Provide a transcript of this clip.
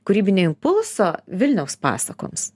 kūrybinio impulso vilniaus pasakoms